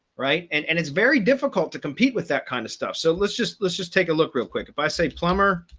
right. and and it's very difficult to compete with that kind of stuff. so let's just let's just take a look real quick. if i say plumber,